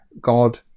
God